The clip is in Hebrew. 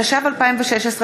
התשע"ו 2016,